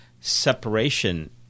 separation